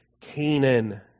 Canaan